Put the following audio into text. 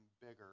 bigger